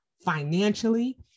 financially